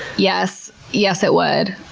yes, yes it would.